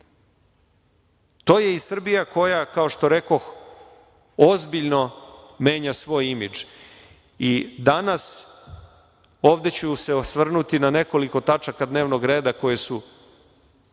To je i Srbija koja, kao što rekoh, ozbiljno menja svoj imidž. Danas ću se ovde osvrnuti na nekoliko tačaka dnevnog reda koje su,